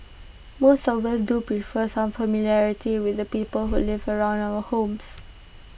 most of us do prefer some familiarity with the people who live around our homes